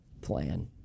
plan